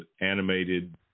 animated